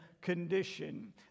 condition